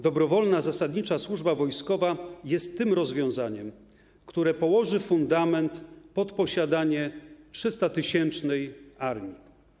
Dobrowolna zasadnicza służba wojskowa jest tym rozwiązaniem, które położy fundament pod posiadanie 300-tysięcznej armii.